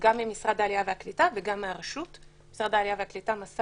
גם ממשרד העלייה והקליטה וגם מהרשות.